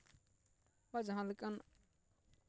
ᱟᱨ ᱡᱟᱦᱟᱸ ᱞᱮᱠᱟᱱ